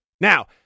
Now